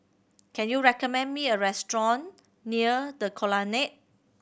can you recommend me a restaurant near The Colonnade